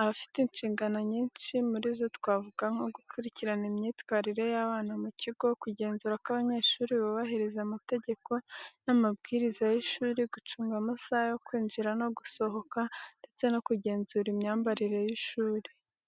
Aba afite inshingano nyinshi, muri zo twavuga nko gukurikirana imyitwarire y’abana mu kigo kugenzura ko abanyeshuri bubahiriza amategeko n’amabwiriza y’ishuri, gucunga amasaha yo kwinjira no gusohoka, ndetse no kugenzura imyambarire y’ishuri.